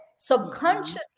subconsciously